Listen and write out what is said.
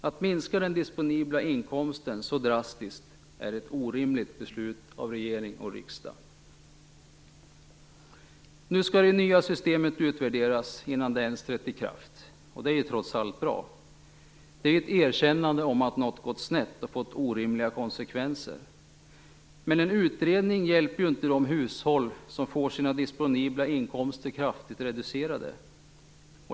Att minska den disponibla inkomsten så drastiskt är ett orimligt beslut av regering och riksdag. Nu skall det nya systemet utvärderas innan det ens trätt i kraft. Det är trots allt bra. Det är ett erkännande av att något har gått snett och fått orimliga konsekvenser. Men en utredning hjälper inte de hushåll som får sina disponibla inkomster kraftigt reducerade.